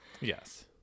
yes